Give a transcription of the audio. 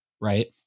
right